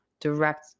Direct